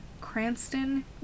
Cranston